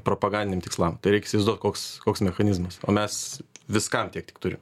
propagandiniam tikslam tai reik įsivaizduot koks koks mechanizmas o mes viskam tiek tik turim